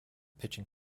pitching